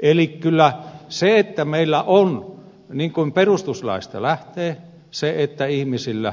eli kyllä meillä on niin niin kuin perustuslaista lähtee että ihmisillä